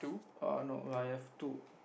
err no I have two